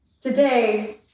today